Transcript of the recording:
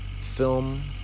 film